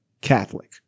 Catholic